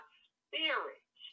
spirit